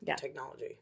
technology